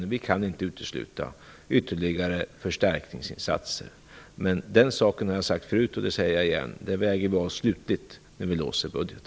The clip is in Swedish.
Vi kan inte utesluta ytterligare förstärkningsinsatser, men jag har sagt det förut, och jag säger det igen: Det väger vi av slutligt när vi låser budgeten.